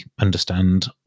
understand